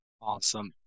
Awesome